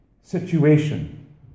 situation